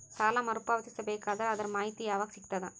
ಸಾಲ ಮರು ಪಾವತಿಸಬೇಕಾದರ ಅದರ್ ಮಾಹಿತಿ ಯವಾಗ ಸಿಗತದ?